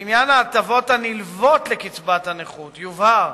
לעניין ההטבות הנלוות לקצבת הנכות יובהר